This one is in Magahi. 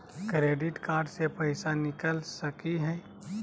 क्रेडिट कार्ड से पैसा निकल सकी हय?